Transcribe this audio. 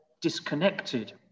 disconnected